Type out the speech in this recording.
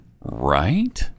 Right